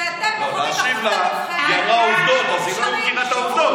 שאתם יכולים להכניס לנבחרת, להשיב לה,